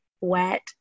wet